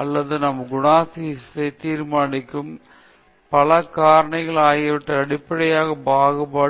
அல்லது நம் குணாதிசயத்தை தீர்மானிக்கும் பல காரணிகள் ஆகியவற்றின் அடிப்படையிலான பாகுபாடு